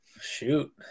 Shoot